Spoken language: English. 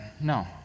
No